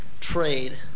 trade